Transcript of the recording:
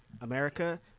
America